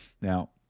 Now